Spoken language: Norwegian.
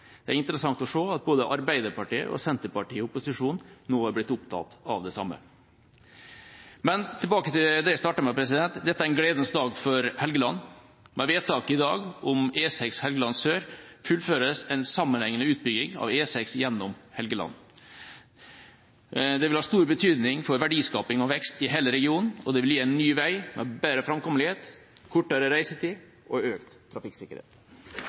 Det er interessant å se at både Arbeiderpartiet og Senterpartiet i opposisjon nå har blitt opptatt av det samme. Men tilbake til det jeg startet med: Dette er en gledens dag for Helgeland. Med vedtaket om E6 Helgeland sør i dag fullføres en sammenhengende utbygging av E6 gjennom Helgeland. Det vil ha stor betydning for verdiskaping og vekst i hele regionen, og det vil gi en ny vei, bedre framkommelighet, kortere reisetid og økt trafikksikkerhet.